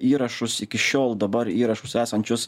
įrašus iki šiol dabar įrašus esančius